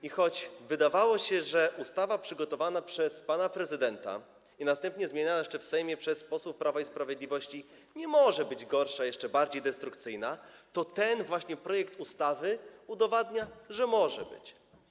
I choć wydawało się, że ustawa przygotowana przez pana prezydenta, następnie zmieniana jeszcze w Sejmie przez posłów Prawa i Sprawiedliwości nie może być gorsza, jeszcze bardziej destrukcyjna, to ten projekt ustawy właśnie udowadnia, że może być.